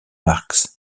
marks